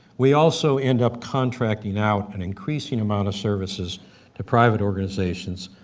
we also end up contracting out an increasing amount of services to private organizations,